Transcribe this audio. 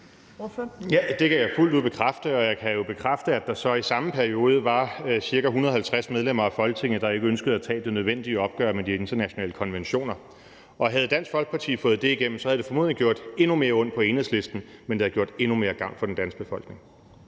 Det kan jeg fuldt ud bekræfte, og jeg kan jo bekræfte, at der så i samme periode var ca. 150 medlemmer af Folketinget, der ikke ønskede at tage det nødvendige opgør med de internationale konventioner. Og havde Dansk Folkeparti fået det igennem, havde det formodentlig gjort endnu mere ondt på Enhedslisten, men det havde gjort endnu mere gavn for den danske befolkning.